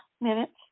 minutes